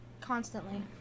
constantly